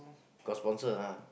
got sponsor lah